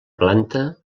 planta